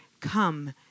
come